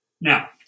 Now